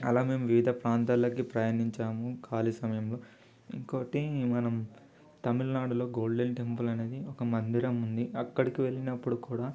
అలా మేము వివిధ ప్రాంతాలకి ప్రయాణించాము కాళీ సమయంలో ఇంకొకటి మనం తమిళనాడులో గోల్డెన్ టెంపుల్ అనేది ఒక మందిరం ఉంది అక్కడికి వెళ్ళినప్పుడు కూడా